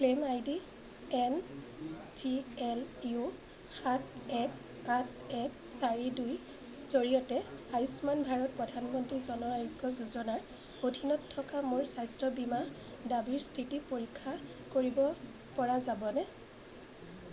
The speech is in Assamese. claim I D N G L U সাত এক আঠ এক চাৰি দুইৰ জৰিয়তে আয়ুস্মান ভাৰত প্ৰধানমন্ত্ৰী জন আৰোগ্য যোজনাৰ অধীনত থকা মোৰ স্বাস্থ্য বীমা দাবীৰ স্থিতি পৰীক্ষা কৰিব পৰা যাবনে